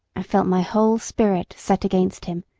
i felt my whole spirit set against him,